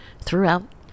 throughout